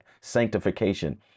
sanctification